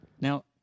Now